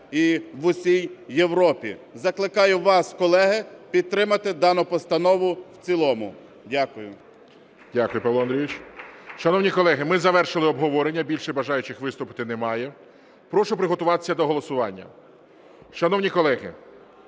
Дякую, Павло Андрійович. Шановні колеги, ми завершили обговорення. Більше бажаючих виступити немає. Прошу приготуватися до голосування. Шановні колеги,